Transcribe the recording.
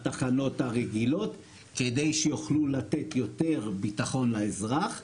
התחנות הרגילות - כדי שיוכלו לתת יותר ביטחון לאזרח.